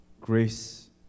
grace